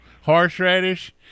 horseradish